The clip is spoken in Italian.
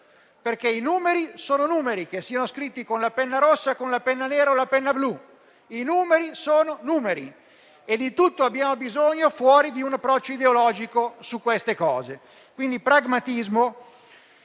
perché i numeri sono numeri, che siano scritti con la penna rossa, la penna nera o la penna blu. Ripeto che i numeri sono numeri e di tutto abbiamo bisogno, tranne che di un approccio ideologico su queste cose. Occorrono quindi pragmatismo